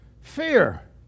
Fear